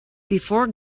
before